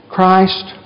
Christ